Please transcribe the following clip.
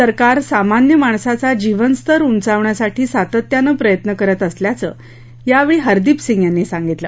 सरकार सामान्य माणसाचा जीवनस्तर उंचावण्यासाठी सातत्यानं प्रयत्न करत असल्याचं यावेळी हरदीप सिंह यांनी सांगितलं